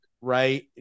Right